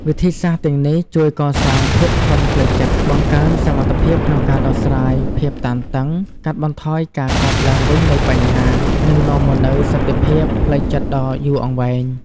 វិធីសាស្ត្រទាំងនេះជួយកសាងភាពធន់ផ្លូវចិត្ត បង្កើនសមត្ថភាពក្នុងការដោះស្រាយភាពតានតឹង កាត់បន្ថយការកើតឡើងវិញនៃបញ្ហា និងនាំមកនូវសន្តិភាពផ្លូវចិត្តដ៏យូរអង្វែង។